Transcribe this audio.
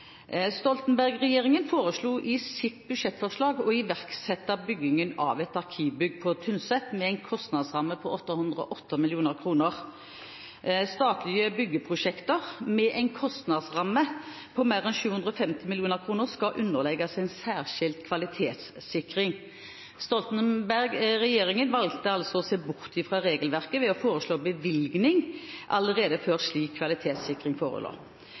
foreslo i sitt siste budsjettforslag å iverksette byggingen av et arkivbygg på Tynset med en kostnadsramme på 808 mill. kr. Statlige byggeprosjekter med en kostnadsramme på mer enn 750 mill. kr skal underlegges en særskilt kvalitetssikring. Stoltenberg-regjeringen valgte altså å se bort fra regelverket ved å foreslå bevilgning allerede før slik kvalitetssikring forelå.